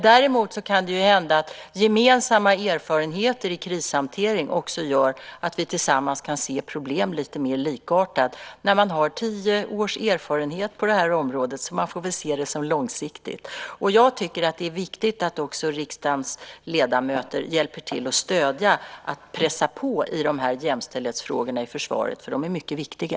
Däremot kan det ju hända att gemensamma erfarenheter beträffande krishantering gör att vi tillsammans kan se problem lite mer likartat när man har tio års erfarenhet på det här området. Man får väl se det som långsiktigt. Jag tycker att det är viktigt att också riksdagens ledamöter hjälper till och stöder och pressar på i jämställdhetsfrågorna i försvaret, för de är mycket viktiga.